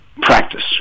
practice